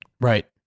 Right